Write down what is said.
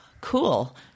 cool